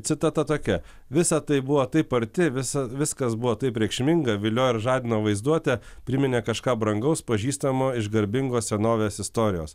citata tokia visa tai buvo taip arti visa viskas buvo taip reikšminga viliojo ir žadino vaizduotę priminė kažką brangaus pažįstamo iš garbingos senovės istorijos